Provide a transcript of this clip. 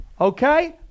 okay